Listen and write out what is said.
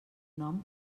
nom